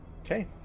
Okay